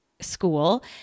school